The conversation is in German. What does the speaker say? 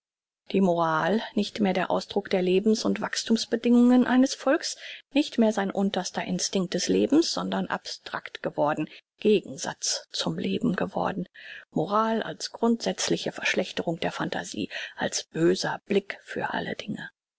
die moral nicht mehr der ausdruck der lebens und wachsthumsbedingungen eines volks nicht mehr sein unterster instinkt des lebens sondern abstrakt geworden gegensatz zum leben geworden moral als grundsätzliche verschlechterung der phantasie als böser blick für alle dinge